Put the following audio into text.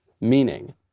Meaning